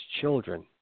children